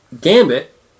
Gambit